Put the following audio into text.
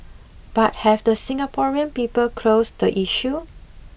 but have the Singaporean people closed the issue